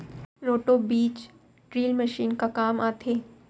Roto बीज drill machine का काम आथे?